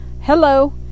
hello